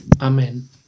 Amen